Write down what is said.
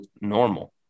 normal